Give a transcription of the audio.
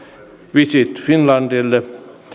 visit finlandille